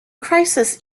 crisis